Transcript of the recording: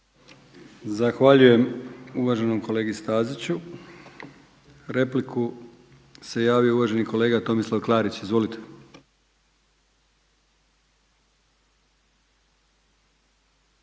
Zahvaljujem uvaženom kolegi Zekanoviću. Replika uvaženi kolega Arsen Bauk. Izvolite.